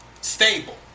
stable